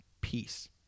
peace